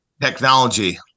Technology